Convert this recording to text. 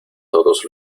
todos